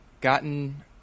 gotten